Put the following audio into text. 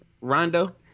Rondo